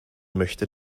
möchte